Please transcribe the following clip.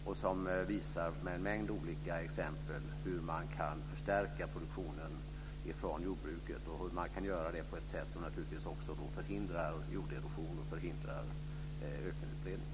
Där visas med en mängd olika exempel hur man kan förstärka produktionen från jordbruket på ett sätt som förhindrar jorderosion och ökenutbredning.